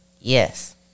Yes